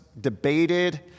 debated